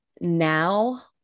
now